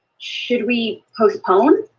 should we postpone?